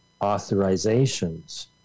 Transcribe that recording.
authorizations